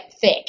thick